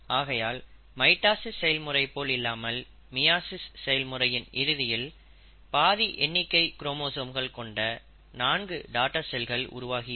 ஆகையால் மைட்டாசிஸ் செயல்முறை போல் இல்லாமல் மியாசிஸ் செயல்முறையின் இறுதியில் பாதி எண்ணிக்கை குரோமோசோம்கள் கொண்ட 4 டாடர் செல்கள் உருவாகி இருக்கும்